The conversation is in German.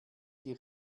die